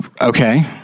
Okay